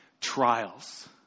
trials